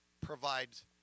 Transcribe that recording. provides